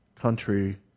country